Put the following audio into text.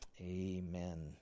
Amen